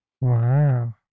Wow